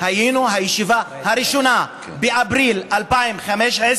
היינו בישיבה הראשונה באפריל 2015,